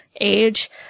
age